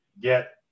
get